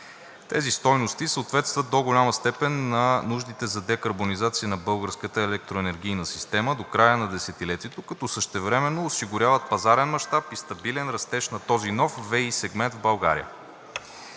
Тези стойности съответстват до голяма степен на нуждите за декарбонизация на българската електроенергийна система до края на десетилетието, като същевременно осигуряват пазарен мащаб и стабилен растеж на този нов ВЕИ сегмент в България.